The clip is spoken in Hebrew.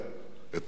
את נופיה,